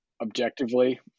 objectively